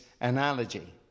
analogy